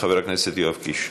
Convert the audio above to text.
חבר הכנסת יואב קיש.